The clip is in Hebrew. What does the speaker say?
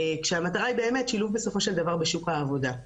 כשהמטרה היא שילוב בסופו של דבר בשוק העבודה.